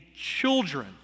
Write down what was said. children